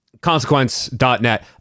Consequence.net